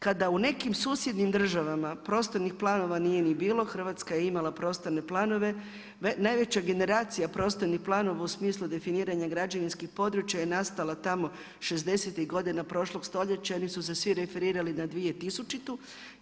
Kada u nekim susjednim državama prostornih planova nije ni bilo Hrvatska je imala prostorne planove, najveća generacija prostornih planova u smislu definiranja građevinskih područja je nastala tamo 60.-ih godina prošlog stoljeća i oni su se svi referirali na 2000.-tu.